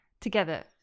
Together